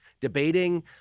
debating